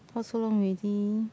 talk so long ready